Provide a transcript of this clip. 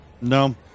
no